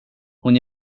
hon